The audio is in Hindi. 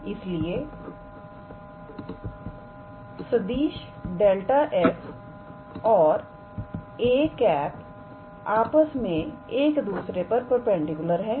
इसलिएसदिश ∇⃗ 𝑓 और 𝑎̂ आपस में एक दूसरे पर परपेंडिकुलरहैं